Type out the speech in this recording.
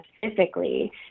specifically